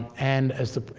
and as the,